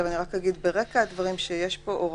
"הנציג המוסמך" אחד מאלה,